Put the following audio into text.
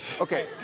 Okay